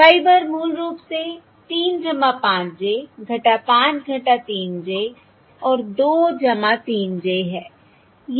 y bar मूल रूप से 3 5 j 5 - 3 j और 2 3 j है